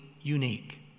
unique